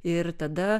ir tada